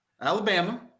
Alabama